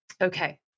Okay